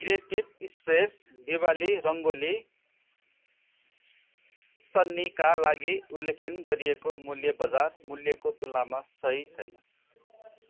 creative space Diwali rangoli चन्नीका लागि उल्लेखन गरिएको मूल्य बजार मूल्यको तुलनामा सही छैन